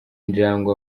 injangwe